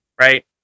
Right